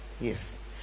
yes